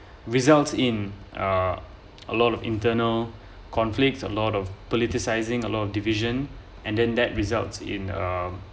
results in uh a lot of internal conflicts a lot of politicising a lot of division and then that results in um